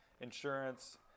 insurance